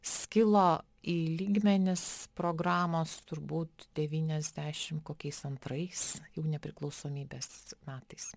skilo į lygmenis programos turbūt devyniasdešim kokiais antrais jau nepriklausomybės metais